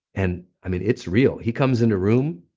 and it's real. he comes in a room,